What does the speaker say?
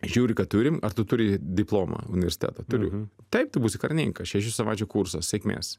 žiūri ką turim ar tu turi diplomą universiteto turiu taip tu būsi karininkas šešių savaičių kurso sėkmės